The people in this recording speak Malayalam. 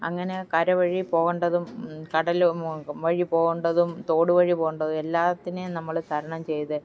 അങ്ങനെ കര വഴി പോകേണ്ടതും കടല് വഴി പോകേണ്ടതും തോട് വഴി പോകേണ്ടതും എല്ലാത്തിനെയും നമ്മള് തരണം ചെയ്ത്